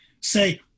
say